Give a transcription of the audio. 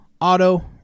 auto